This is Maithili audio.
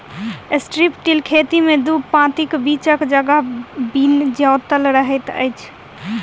स्ट्रिप टिल खेती मे दू पाँतीक बीचक जगह बिन जोतल रहैत छै